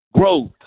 Growth